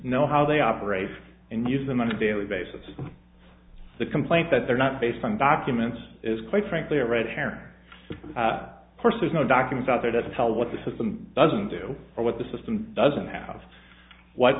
know how they operate and use them on a daily basis the complaint that they're not based on documents is quite frankly a red herring first there's no documents out there doesn't tell what the system doesn't do or what the system doesn't have what